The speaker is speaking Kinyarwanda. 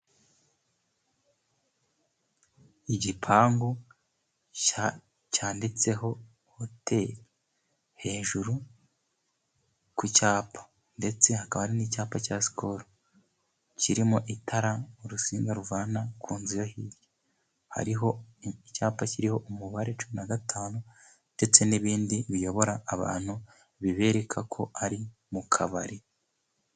Igipangu gishya cyanditseho hoteli hejuru ku cyapa ,ndetse hakaba hari n'icyapa cya Sikolo kirimo itara ,urusinga ruvana ku nzu yo hirya ,hariho icyapa kiriho umubare cumi na gatanu ,ndetse n'ibindi biyobora abantu bibereka ko ari mu kabari.